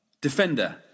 Defender